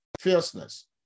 fierceness